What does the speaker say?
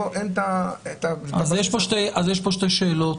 יש פה שתי שאלות,